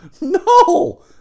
No